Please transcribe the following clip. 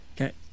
Okay